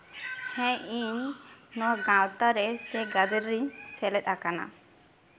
ᱦᱮᱸ ᱤᱧ ᱱᱚᱣᱟ ᱜᱟᱶᱛᱟ ᱨᱮ ᱥᱮ ᱜᱟᱫᱮᱞ ᱨᱮᱧ ᱥᱮᱞᱮᱫ ᱟᱠᱟᱱᱟ